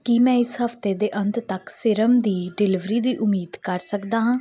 ਕੀ ਮੈਂ ਇਸ ਹਫ਼ਤੇ ਦੇ ਅੰਤ ਤੱਕ ਸੀਰਮ ਦੀ ਡਿਲੀਵਰੀ ਦੀ ਉਮੀਦ ਕਰ ਸਕਦਾ ਹਾਂ